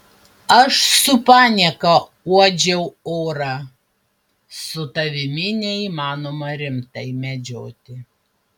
aš su panieka uodžiau orą su tavimi neįmanoma rimtai medžioti